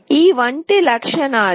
ఈ వంటి లక్షణాలు